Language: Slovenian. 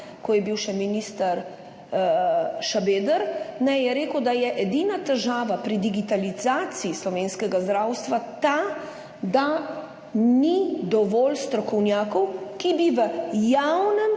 ko je bil še minister Šabeder, je rekel, da je edina težava pri digitalizaciji slovenskega zdravstva ta, da ni dovolj strokovnjakov, ki bi v javnem